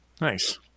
Nice